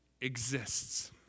exists